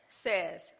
says